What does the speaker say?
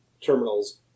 terminals